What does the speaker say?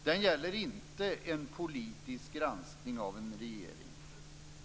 Den gäller inte en politisk granskning av en regering.